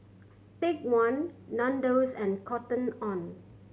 Take One Nandos and Cotton On